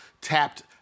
tapped